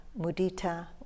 mudita